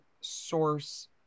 source